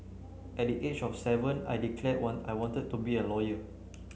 at the age of seven I declared I wanted to be a lawyer